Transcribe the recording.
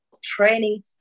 training